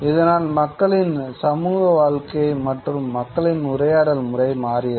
இதனால் மக்களின் சமூக வாழ்க்கை மற்றும் மக்களின் உரையாடல் முறை மாறியது